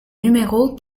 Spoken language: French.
numéro